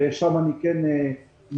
ושם אני כן מוטרד.